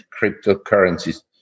cryptocurrencies